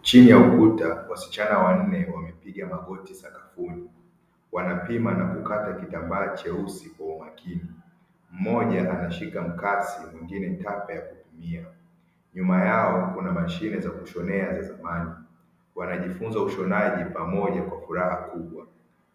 Chini ya ukuta wasichana wanne wamepiga magoti sakafuni wanapima na kukata kitambaa cheusi kwa umakini, mmoja anashika mkasi mwingine tapu ya kupimia nyuma yao kuna mashine za kushonea za zamani wanajifunza ushonaji pamoja kwa furaha kubwa;